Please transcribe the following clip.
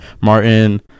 Martin